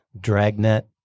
dragnet